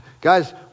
guys